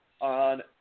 on